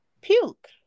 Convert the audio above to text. puke